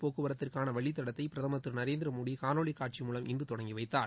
போக்குவரத்திற்கான வழித்தடத்தை பிரதமர் திரு நரேந்திரமோடி காணொலி காட்சி மூலம் இன்று தொடங்கி வைத்தார்